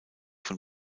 von